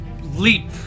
leap